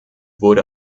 wurde